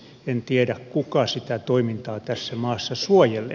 en tiedä kuka sitä toimintaa tässä maassa suojelee